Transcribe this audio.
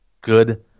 good